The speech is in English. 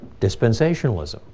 dispensationalism